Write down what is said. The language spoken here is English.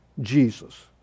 Jesus